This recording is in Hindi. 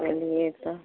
चलिए तो